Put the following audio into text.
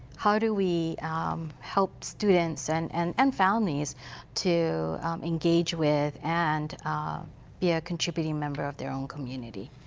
how do we um help students and and and families to engage with and be a contributing member of their own community.